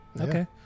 Okay